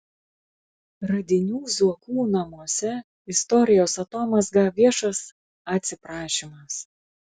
radinių zuokų namuose istorijos atomazga viešas atsiprašymas